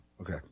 Okay